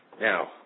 Now